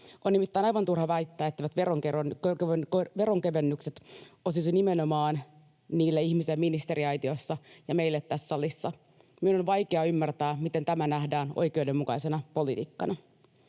On nimittäin aivan turha väittää, etteivät veronkevennykset osuisi nimenomaan niille ihmisille ministeriaitiossa ja meille tässä salissa. Minun on vaikea ymmärtää, miten tämä nähdään oikeudenmukaisena politiikkana.